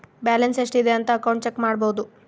balance ಎಷ್ಟ್ ಇದೆ ಅಂತ ಅಕೌಂಟ್ ಚೆಕ್ ಮಾಡಬೋದು